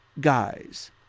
guys